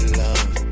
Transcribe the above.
love